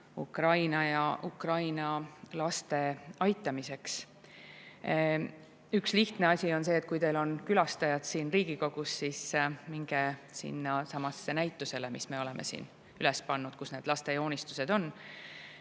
Ukraina ja Ukraina laste aitamiseks. Üks lihtne asi on see, et kui teil on külastajad siin Riigikogus, siis minge sellele näitusele, mis me oleme siia üles pannud. Seal on laste joonistused,